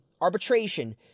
arbitration